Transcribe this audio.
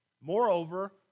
Moreover